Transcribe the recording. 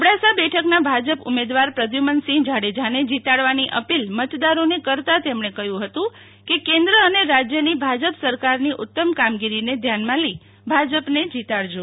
અબડાસા બેઠકના ભાજપ ઉમેદવાર પ્રદ્યુ મનસિંહ જાડેજાને જિતાડવાની અપીલ મતદારોને કરતાં તેમણે કહ્યું હતું કે કેન્દ્ર અને રાજ્યની ભાજપ સરકારની ઉત્તમ કામગીરીને ધ્યાનમાં લઈ ભાજપને જીતાડજો